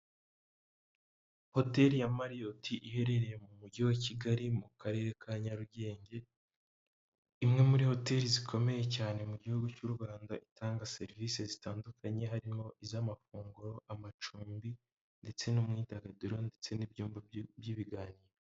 Hoteri ya mariyoti, iherereye mu mujyi wa Kigali, mu karere ka Nyarugenge, imwe muri hoteri zikomeye cyane mu gihugu cy'u Rwanda itanga serivisi zitandukanye, harimo iz'amafunguro, iz'amacumbi ndetse n'imyidagaduro ndetse n'ibyumba by'ibiganiro.